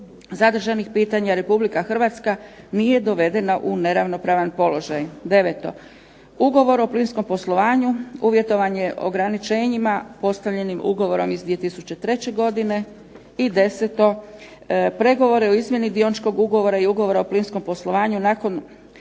zadržanih pitanja Republika Hrvatska nije dovedena u neravnopravan položaj. Deveto, ugovor o plinskom poslovanju uvjetovan je ograničenjima postavljenim ugovorom iz 2003. godine. I deseto, pregovore o izmjeni dioničkog ugovora i ugovora o plinskom poslovanju nakon 2 sjednice